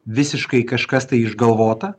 visiškai kažkas tai išgalvota